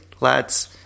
lads